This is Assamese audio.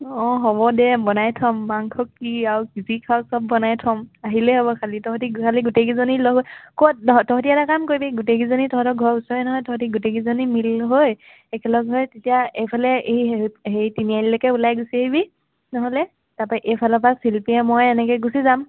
অঁ হ'ব দে বনাই থম মাংস কি আৰু যি খাও চব বনাই থম আহিলেই হ'ল খালী তহঁতি খালী গোটেইকেইজনী লগ হৈ ক'ত ত তহঁতে এটা কাম কৰিবি গোটেইকেইজনী তহঁতৰ ঘৰৰ ওচৰৰে নহয় তহঁতে গোটেইকেইজনী মিল হৈ একলগ হৈ তেতিয়া এইফালে হেৰি তিনিআলিলৈকে ওলাই গুচি আহিবি নহ'লে তাৰ পৰা এইফালৰ পৰা শিল্পীয়ে মইয়ে এনেকৈ গুচি যাম